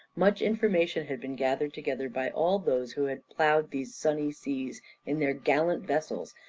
much information had been gathered together by all those who had ploughed these sunny seas in their gallant vessels,